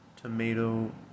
tomato